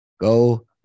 Go